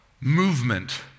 movement